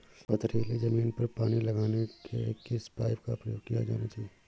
पथरीली ज़मीन पर पानी लगाने के किस पाइप का प्रयोग किया जाना चाहिए?